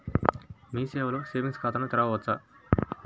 మీ సేవలో సేవింగ్స్ ఖాతాను తెరవవచ్చా?